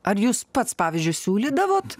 ar jūs pats pavyzdžiui siūlydavot